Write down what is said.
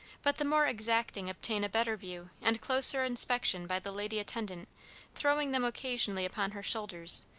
but the more exacting obtain a better view and closer inspection by the lady attendant throwing them occasionally upon her shoulders,